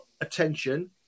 attention